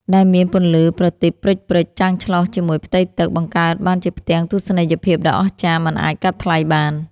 ដែលមានពន្លឺប្រទីបព្រិចៗចាំងឆ្លុះជាមួយផ្ទៃទឹក បង្កើតបានជាផ្ទាំងទស្សនីយភាពដ៏អស្ចារ្យមិនអាចកាត់ថ្លៃបាន។